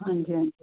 ਹਾਂਜੀ ਹਾਂਜੀ